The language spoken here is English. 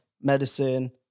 medicine